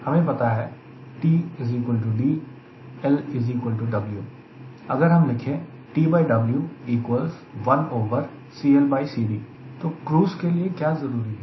हमें पता है 𝑇 𝐷 𝐿 𝑊 अगर हम लिखें तो क्रूज़ के लिए जरूरी थी क्या है